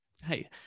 hey